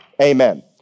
Amen